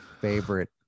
favorite